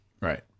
Right